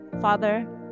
Father